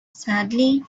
sadly